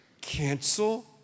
Cancel